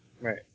Right